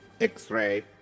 X-ray